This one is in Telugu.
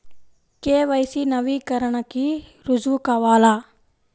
కే.వై.సి నవీకరణకి రుజువు కావాలా?